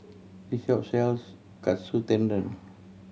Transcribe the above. this shop sells Katsu Tendon